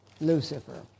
Lucifer